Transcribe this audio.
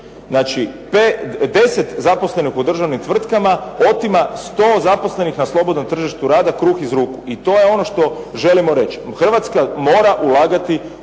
Znači, deset zaposlenih u državnim tvrtkama otima sto zaposlenih na slobodnom tržištu rada, kruh iz ruku. I to je ono što želimo reći, Hrvatska mora ulagati